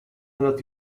nadat